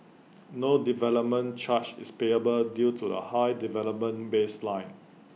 no development charge is payable due to the high development baseline